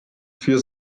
für